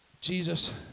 Jesus